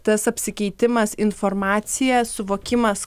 tas apsikeitimas informacija suvokimas